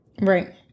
Right